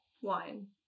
Wine